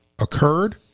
occurred